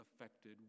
affected